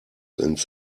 ins